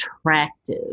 Attractive